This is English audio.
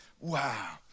Wow